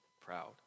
proud